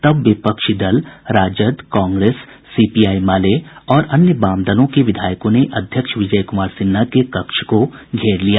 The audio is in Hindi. तब विपक्षी दल राजद कांग्रेस सीपीआई माले और अन्य वामदलों के विधायकों ने अध्यक्ष विजय क्मार सिन्हा के कक्ष को घेर लिया